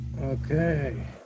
okay